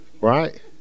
right